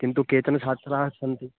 किन्तु केचन छात्राः सन्ति